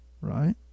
right